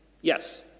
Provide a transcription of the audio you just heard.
yes